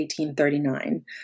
1839